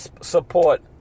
support